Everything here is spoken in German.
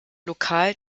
lokal